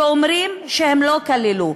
שאומרים שהם לא כללו.